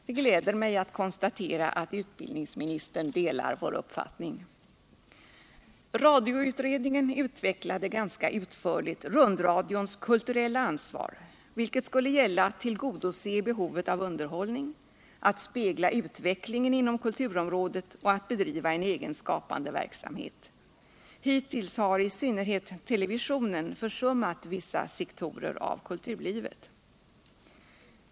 Det gläder mig att konstatera att utbildningsministern delar vår uppfattning. Radioutredningen utvecklade ganska utförligt rundradions kulturella ansvar, vilket skulle gälla att tillgodose behovet av underhållning, att spegla utvecklingen inom kulturområdet och att bedriva en egen skapande verksamhet. Hittills har i synnerhet TV försummat vissa sektorer av kulturlivet.